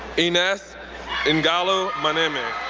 ines ngaleu moumeni,